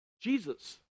Jesus